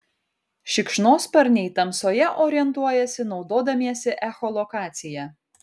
šikšnosparniai tamsoje orientuojasi naudodamiesi echolokacija